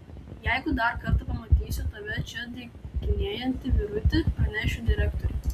jeigu dar kartą pamatysiu tave čia dykinėjantį vyruti pranešiu direktoriui